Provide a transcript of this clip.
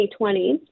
2020